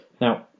Now